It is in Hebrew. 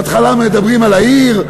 בהתחלה מדברים על העיר,